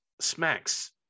Smacks